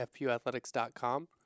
fpuathletics.com